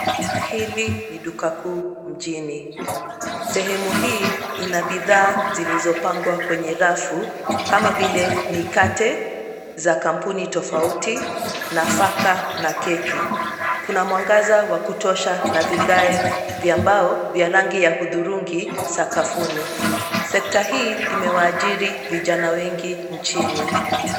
Hili ni duka kuu mjini. Sehemu hii ina bidhaa zilizopangwa kwenye rafu kama vile mikate za kampuni tofauti, nafaka na keki. Kuna mwangaza wa kutosha na vigae vya mbao vya rangi ya hudhurungi sakafuni. Sekta hii imewaajiri vijana wengi nchini.